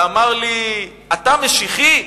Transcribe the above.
ואמר לי: אתה משיחי?